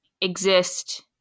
exist